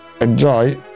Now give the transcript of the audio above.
enjoy